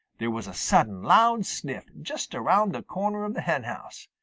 there was a sudden loud sniff just around the corner of the henhouse.